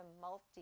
multi